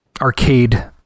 arcade